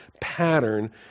pattern